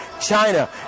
China